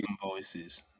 voices